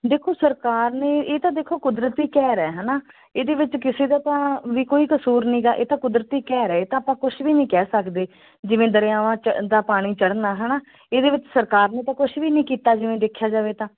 ਦੇਖੋ ਸਰਕਾਰ ਨੇ ਇਹ ਤਾਂ ਦੇਖੋ ਕੁਦਰਤੀ ਕਹਿਰ ਹੈ ਹੈ ਨਾ ਇਹਦੇ ਵਿੱਚ ਕਿਸੇ ਦਾ ਤਾਂ ਵੀ ਕੋਈ ਕਸੂਰ ਨਹੀਂ ਗਾ ਇਹ ਤਾਂ ਕੁਦਰਤੀ ਕਹਿਰ ਹੈ ਇਹ ਤਾਂ ਆਪਾਂ ਕੁਛ ਵੀ ਨਹੀਂ ਕਹਿ ਸਕਦੇ ਜਿਵੇਂ ਦਰਿਆਵਾਂ ਚ ਦਾ ਪਾਣੀ ਚੜ੍ਹਨਾ ਹੈ ਨਾ ਇਹਦੇ ਵਿੱਚ ਸਰਕਾਰ ਨੇ ਤਾਂ ਕੁਛ ਵੀ ਨਹੀਂ ਕੀਤਾ ਜਿਵੇਂ ਦੇਖਿਆ ਜਾਵੇ ਤਾਂ